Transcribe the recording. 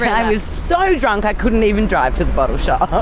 i was so drunk i couldn't even drive to the bottle shop?